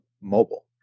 mobile